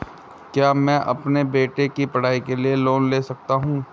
क्या मैं अपने बेटे की पढ़ाई के लिए लोंन ले सकता हूं?